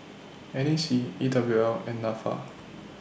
N A C E W L and Nafa